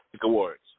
Awards